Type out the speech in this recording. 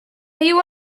viu